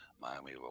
Miami